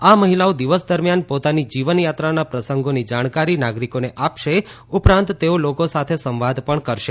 આ મહિલાઓ દિવસ દરમિયાન પોતાની જીવનયાત્રાના પ્રસંગોની જાણકારી નાગરિકોને આપશે ઉપરાંત તેઓ લોકો સાથે સંવાદ પણ કરશે